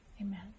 Amen